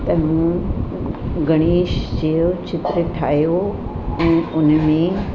त मूं गणेश जो चित्र ठाहियो ऐं हुन में